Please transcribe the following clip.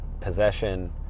possession